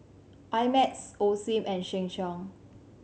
I Max Osim and Sheng Siong